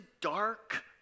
dark